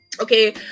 okay